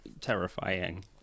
terrifying